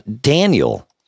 Daniel